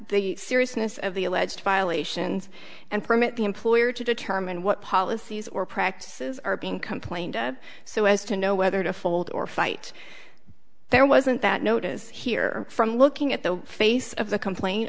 the seriousness of the alleged violations and permit the employer to determine what policies or practices are being complained so as to know whether to fold or fight there wasn't that notice here from looking at the face of the complaint